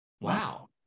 wow